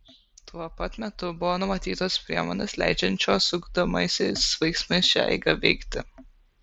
tuo pat metu buvo numatytos priemonės leidžiančios ugdomaisiais veiksmais šią eigą veikti